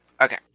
Okay